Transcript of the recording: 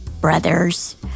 brothers